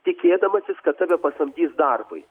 tikėdamasis kad tave pasamdys darbui